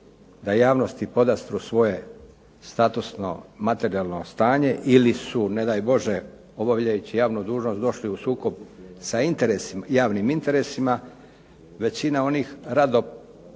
da javnosti podastru svoje statusno, materijalno stanje ili su, ne daj Bože, obavljajući javnu dužnost došli u sukob sa javnim interesima, većina onih rado